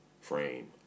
frame